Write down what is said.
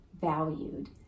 valued